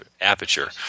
Aperture